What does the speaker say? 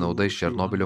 nauda iš černobylio